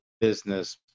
business